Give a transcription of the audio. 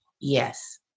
Yes